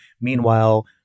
Meanwhile